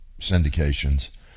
syndications